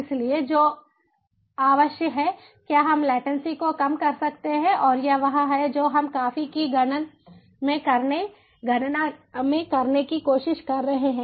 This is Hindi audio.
इसलिए जो आवश्यक है क्या हम लेटन्सी को कम कर सकते हैं और यह वह है जो हम फॉग की गणना में करने की कोशिश कर रहे हैं